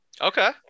Okay